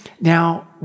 Now